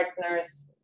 partners